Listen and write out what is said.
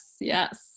Yes